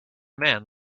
man